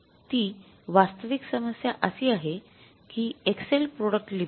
ती वास्तविक समस्या अशी आहे की एक्सेल प्रॉडक्ट्स लि